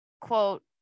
quote